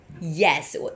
Yes